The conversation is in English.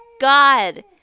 God